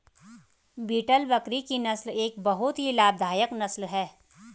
beetle बकरी की नस्ल एक बहुत ही लाभदायक नस्ल है